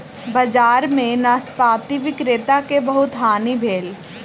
बजार में नाशपाती विक्रेता के बहुत हानि भेल